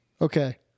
Okay